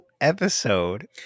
episode